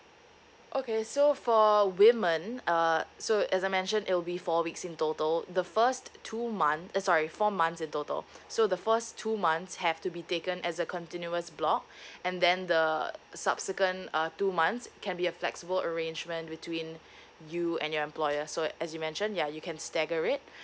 okay so for women uh so as I mentioned it'll be four weeks in total the first two month eh sorry four months in total so the first two months have to be taken as a continuous block and then the subsequent uh two months can be a flexible arrangement between you and your employers so as you mentioned ya you can stagger it